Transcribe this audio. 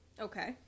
okay